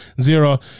zero